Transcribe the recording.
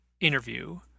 interview